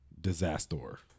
Disaster